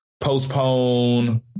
postpone